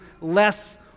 less